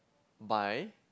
by